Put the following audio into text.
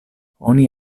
oni